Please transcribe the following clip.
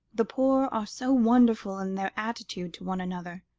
the poor are so wonderful in their attitude to one another,